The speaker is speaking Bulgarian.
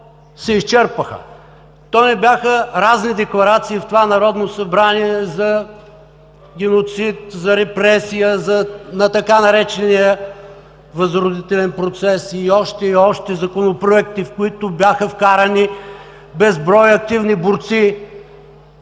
се изчерпаха! То не бяха разни декларации в това Народно събрание за геноцид, за репресия, за така наречения „възродителен процес“ и още, и още законопроекти, в които бяха вкарани безброй активни борци